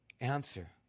answer